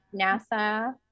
NASA